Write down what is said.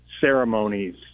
ceremonies